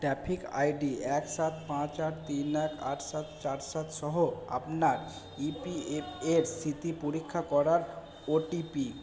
traffic ID এক সাত পাঁচ আট তিন এক আট সাত চার সাত সহ আপনার ইপিএফ এর স্থিতি পরীক্ষা করার ওটিপি